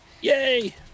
Yay